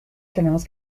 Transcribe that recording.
tenemos